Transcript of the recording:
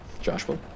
Joshua